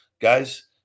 guys